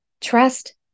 Trust